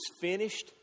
finished